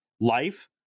Life